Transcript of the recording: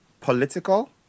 political